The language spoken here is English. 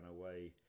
away